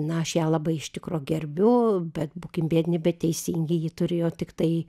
na aš ją labai iš tikro gerbiu bet būkim biedni bet teisingi ji turėjo tiktai